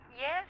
Yes